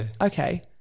Okay